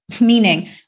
meaning